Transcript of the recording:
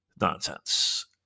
Nonsense